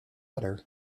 udder